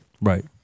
right